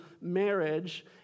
marriage